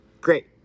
great